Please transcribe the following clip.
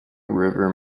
river